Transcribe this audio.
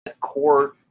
core